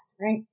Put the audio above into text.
right